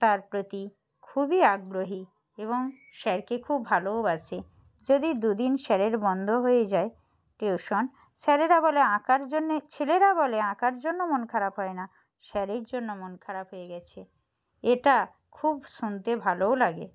তার প্রতি খুবই আগ্রহী এবং স্যারকে খুব ভালোওবাসি যদি দুদিন স্যারের বন্ধ হয়ে যায় টিউশন স্যারেরা বলে আঁকার জন্যে ছেলেরা বলে আঁকার জন্য মন খারাপ হয় না স্যারের জন্য মন খারাপ হয়ে গেছে এটা খুব শুনতে ভালোও লাগে